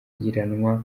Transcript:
nk’uko